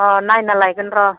र' नायना लायगोन र'